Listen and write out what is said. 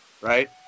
Right